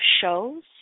shows